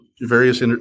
various